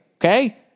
Okay